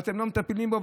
ואתם לא מטפלים בו.